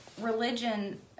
religion